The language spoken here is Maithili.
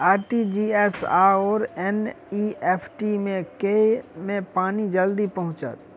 आर.टी.जी.एस आओर एन.ई.एफ.टी मे केँ मे पानि जल्दी पहुँचत